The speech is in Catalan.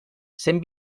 cent